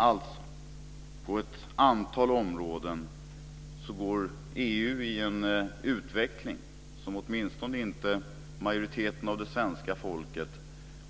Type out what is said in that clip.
Alltså: På ett antal områden går EU mot en utveckling som åtminstone inte majoriteten av det svenska folket